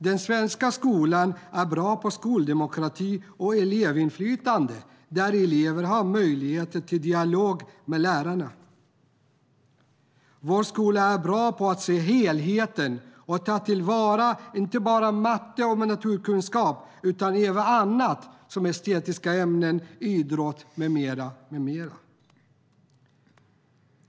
Den svenska skolan är bra på skoldemokrati och elevinflytande där elever har möjlighet till dialog med lärarna. Vår skola är bra på att se helheten och ta till vara inte bara matte och naturkunskap utan även annat som estetiska ämnen, idrott med mera.